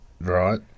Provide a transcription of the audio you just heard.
right